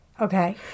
Okay